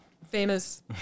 Famous